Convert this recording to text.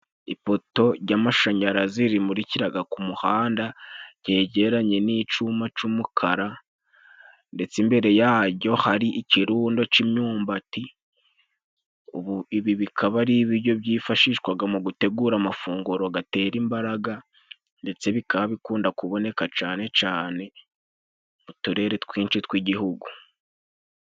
Ipoto y'amashanyarazi imurikira ku muhanda, yegeranye n'icyuma cy'umukara, ndetse imbere yayo hari ikirundo cy'imyumbati. Ibi bikaba ari ibiryo byifashishwa mu gutegura amafunguro, bitera imbaraga, ndetse bikaba bikunda kuboneka cyane cyane mu turere twinshi tw'igihugu.